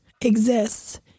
exists